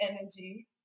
energy